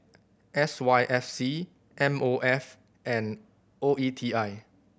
S Y F C M O F and O E T I